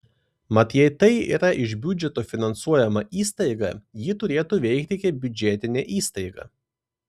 mat jei tai yra iš biudžeto finansuojama įstaiga ji turėtų veikti kaip biudžetinė įstaiga